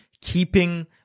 keeping